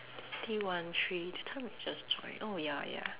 twenty one three that time we just join oh ya ya